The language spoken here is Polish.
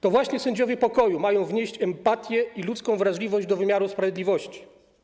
To właśnie sędziowie pokoju mają wnieść empatię i ludzką wrażliwość do wymiaru sprawiedliwości.